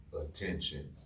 attention